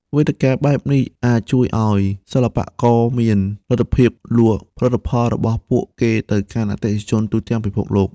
វេទិកាបែបនេះអាចជួយឱ្យសិល្បករមានលទ្ធភាពលក់ផលិតផលរបស់ពួកគេទៅកាន់អតិថិជនទូទាំងពិភពលោក។